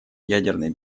ядерной